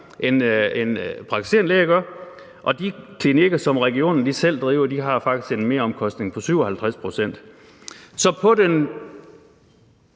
end praktiserende læger gør, og de klinikker, som regionen selv driver, har faktisk en meromkostning på 57 pct. Så både